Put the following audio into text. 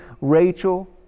Rachel